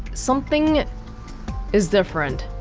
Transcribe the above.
something is different